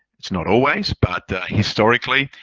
it's not always, but historically,